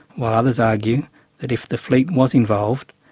while others argue that if the fleet was involved,